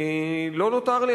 לא נותר לי,